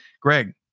Greg